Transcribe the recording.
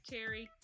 Terry